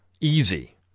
Easy